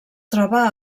troba